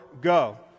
Go